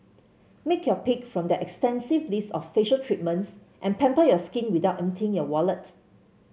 make your pick from their extensive list of facial treatments and pamper your skin without emptying your wallet